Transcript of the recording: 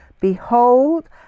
Behold